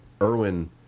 Erwin